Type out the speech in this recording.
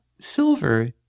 Silver